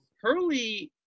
Hurley –